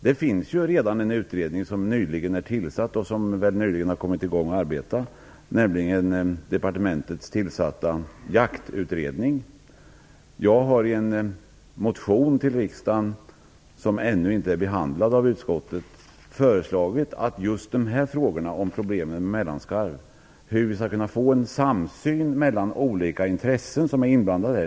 Det finns ju redan en utredning som nyligen är tillsatt - och som nyligen börjat arbeta Jag har i en motion till riksdagen som ännu inte är behandlad av utskottet tagit upp problemen med mellanskarven och hur vi skall kunna få en samsyn mellan de olika intressen som är inblandade här.